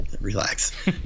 relax